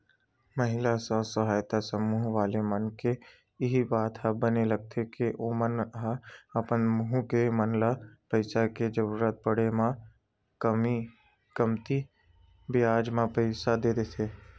महिला स्व सहायता समूह वाले मन के इही बात ह बने लगथे के ओमन ह अपन समूह के मन ल पइसा के जरुरत पड़े म कमती बियाज म पइसा देथे